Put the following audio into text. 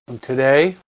Today